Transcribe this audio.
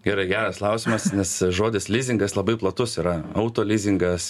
gerai geras klausimas nes žodis lizingas labai platus yra auto lizingas